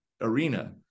arena